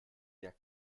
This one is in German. der